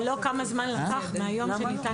אבל לא כמה זמן לקח מהיום שניתן הצו.